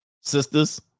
sisters